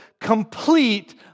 complete